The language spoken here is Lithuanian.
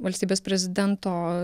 valstybės prezidento